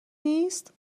نیست